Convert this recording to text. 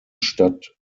stadt